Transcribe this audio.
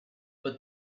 but